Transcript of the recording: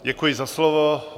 Děkuji za slovo.